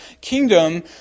kingdom